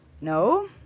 No